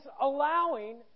allowing